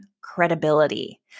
credibility